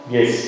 Yes